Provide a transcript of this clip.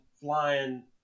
flying